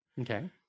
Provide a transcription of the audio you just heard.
Okay